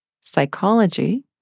Psychology